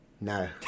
No